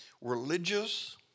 religious